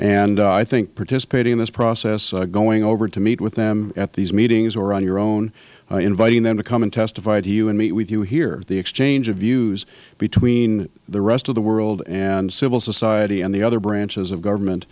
and i think participating in this process going over to meet with them at these meetings or on your own inviting them to come and testify or even meet with you here the exchange of views between the rest of the world and civil society and the other branches of government